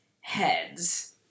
heads